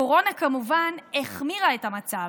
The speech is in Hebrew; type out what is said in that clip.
הקורונה כמובן החמירה את המצב.